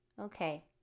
okay